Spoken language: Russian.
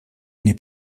они